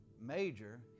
major